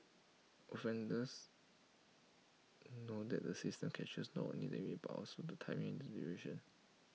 offenders know that the system captures not only the image but also the timing and duration